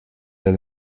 del